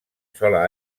sola